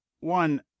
One